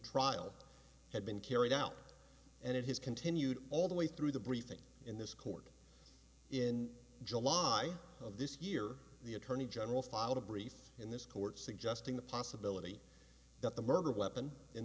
trial had been carried out and it has continued all the way through the briefing in this court in july of this year the attorney general filed a brief in this court suggesting the possibility that the murder weapon in